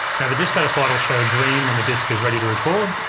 yeah the disk status light will show green when the disk is ready to record.